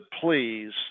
please